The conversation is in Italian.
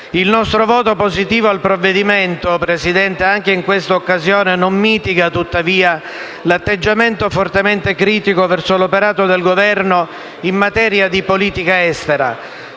Il nostro voto positivo al provvedimento, anche in questa occasione, non mitiga tuttavia l'atteggiamento fortemente critico verso l'operato del Governo in materia di politica estera.